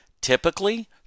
Typically